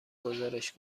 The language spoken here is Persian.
گزارش